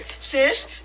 Sis